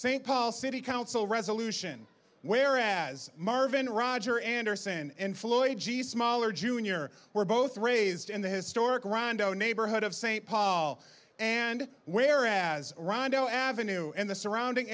st paul city council resolution whereas marvin roger anderson and floyd g smaller jr were both raised in the historic rando neighborhood of st paul and where as rondo avenue and the surrounding